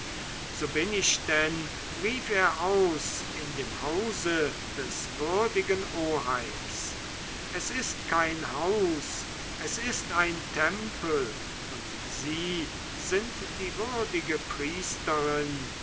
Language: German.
so bin ich denn rief er aus in dem hause des würdigen oheims es ist kein haus es ist ein tempel und sie sind die würdige priesterin